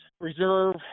reserve